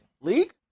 League